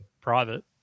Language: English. private